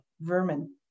Vermin